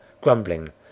grumbling